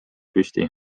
püsti